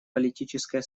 политическая